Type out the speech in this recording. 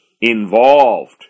involved